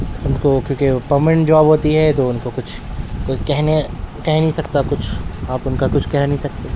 ان کو کیوں کہ پرمانینٹ جاب ہوتی ہے تو ان کو کچھ کوئی کہنے کہہ نہیں سکتا کچھ آپ ان کا کچھ کہہ نہیں سکتے